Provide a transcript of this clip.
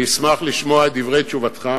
אני אשמח לשמוע את דברי תשובתך.